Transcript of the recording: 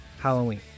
Halloween